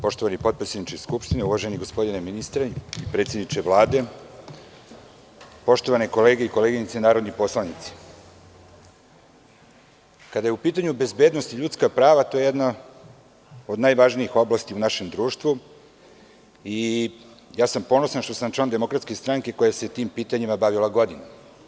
Poštovani potpredsedniče Skupštine, uvaženi gospodine ministre i predsedniče Vlade, poštovane kolege i koleginice narodni poslanici, kada je u pitanju bezbednost i ljudska prava, to je jedna od najvažnijih oblasti u našem društvu i ponosan sam što sam član DS koja se tim pitanjima bavila godinama.